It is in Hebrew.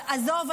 עזוב,